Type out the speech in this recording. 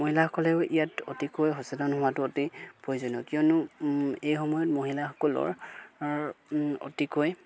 মহিলাসকলেও ইয়াত অতিকৈ সচেতন হোৱাটো অতি প্ৰয়োজনীয় কিয়নো এই সময়ত মহিলাসকলৰ অতিকৈ